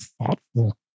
thoughtful